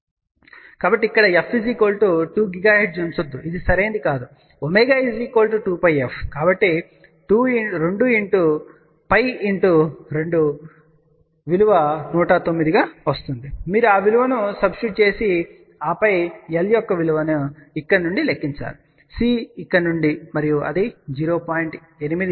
కాబట్టి ఇక్కడ f 2 GHz ఉంచవద్దు ఇది సరైనది కాదు ω 2 πf కాబట్టి 2 π × 2 GHz విలువ 109 గా అవుతుంది మీరు ఆ విలువను సబ్స్టిట్యూట్ చేసి ఆపై L యొక్క విలువను ఇక్కడ నుండి లెక్కించండి C ఇక్కడ నుండి మరియు అది 0